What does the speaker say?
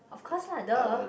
of course lah duh